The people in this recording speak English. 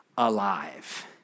alive